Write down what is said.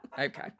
Okay